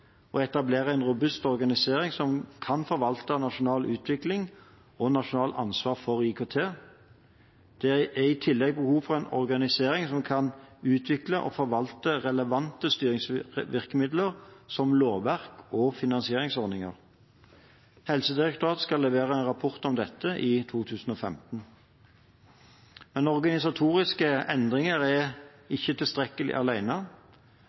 å etablere en robust organisering som kan forvalte nasjonal utvikling og nasjonalt ansvar for IKT. Det er i tillegg behov for en organisering som kan utvikle og forvalte relevante styringsvirkemidler som lovverk og finansieringsordninger. Helsedirektoratet skal levere en rapport om dette i 2015. Men organisatoriske endringer er